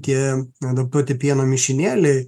tie adaptuoti pieno mišinėliai